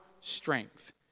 strength